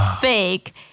fake